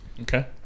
Okay